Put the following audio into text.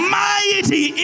mighty